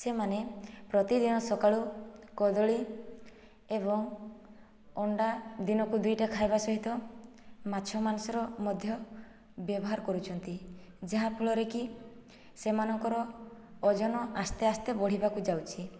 ସେମାନେ ପ୍ରତିଦିନ ସକାଳୁ କଦଳୀ ଏବଂ ଅଣ୍ଡା ଦିନକୁ ଦୁଇଟା ଖାଇବା ସହିତ ମାଛ ମାଂସର ମଧ୍ୟ ବ୍ୟବହାର କରୁଛନ୍ତି ଯାହାଫଳରେକି ସେମାନଙ୍କର ଓଜନ ଆସ୍ତେ ଆସ୍ତେ ବଢ଼ିବାକୁ ଯାଉଛି